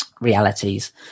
Realities